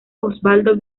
osvaldo